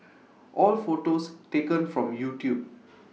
all photos taken from YouTube